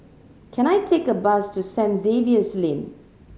can I take a bus to St Xavier's Lane